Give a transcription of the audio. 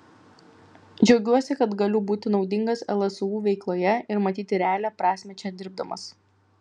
džiaugiuosi kad galiu būti naudingas lsu veikloje ir matyti realią prasmę čia dirbdamas